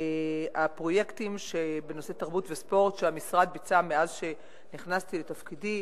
הפרויקטים בנושא תרבות וספורט שהמשרד ביצע מאז שנכנסתי לתפקידי,